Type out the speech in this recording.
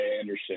Anderson